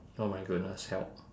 oh my goodness help